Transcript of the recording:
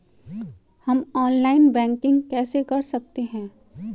हम online banking कैसे कर सकते हैं?